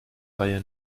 reihe